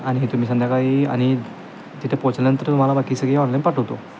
आणि हे तुम्ही संध्याकाळी आणि तिथे पोहोचल्यानंतर तुम्हाला बाकी सगळी ऑनलाईन पाठवतो